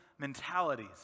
mentalities